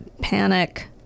panic